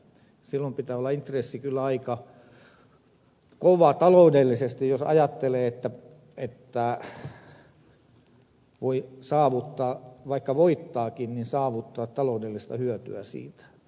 silloin pitää olla intressi kyllä aika kova taloudellisesti jos ajattelee vaikka voittaakin että saavuttaa taloudellista hyötyä siitä